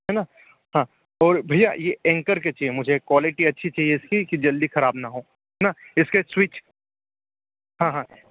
है न हाँ और भैया ये एंकर के चाहिए मुझे क्वालिटी अच्छी चाहिए इसकी कि जल्दी खराब ना हों है ना इसके स्विच हाँ हाँ